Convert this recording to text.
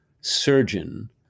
surgeon